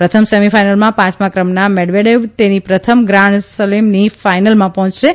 પ્રથમ સેમીફાઇનલમાં પાંચમા ક્રમના મેડ વેડેવ તેની પ્રથમ ગ્રાન્ઠ સલેમની ફાઇનલમાં પહોંચ્યો છે